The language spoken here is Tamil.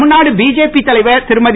தமிழ்நாடு பிஜேபி தலைவர் திருமதி